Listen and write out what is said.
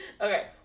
Okay